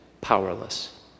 powerless